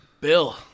bill